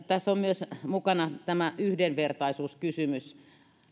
tässä on mukana myös tämä yhdenvertaisuuskysymys